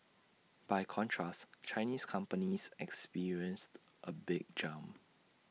by contrast Chinese companies experienced A big jump